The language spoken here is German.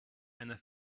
einer